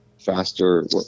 Faster